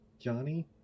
Johnny